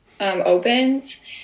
opens